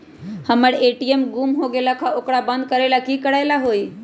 हमर ए.टी.एम गुम हो गेलक ह ओकरा बंद करेला कि कि करेला होई है?